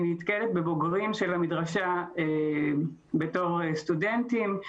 נתקלת בבוגרים של המדרשה בתור סטודנטים.